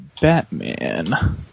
Batman